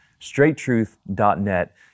straighttruth.net